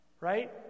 Right